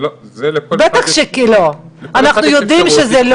שלא יאשימו אותנו פה, למרות שאין בזה שום